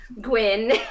gwyn